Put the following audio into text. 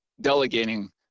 delegating